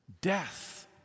death